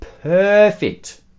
perfect